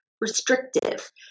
restrictive